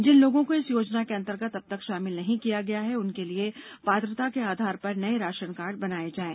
जिन लोगों को इस योजना के अंतर्गत अब तक शामिल नहीं किया गया है उनके लिए पात्रता के आधार पर नए राशन कार्ड बनाए जाएं